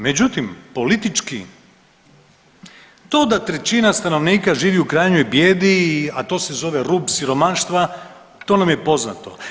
Međutim, politički to da trećina stanovnika živi u krajnjoj bijedi, a to se zove rub siromaštva, to nam je poznato.